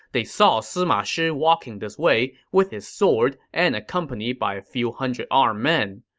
they saw sima shi walking this way with his sword and accompanied by a few hundred armed men.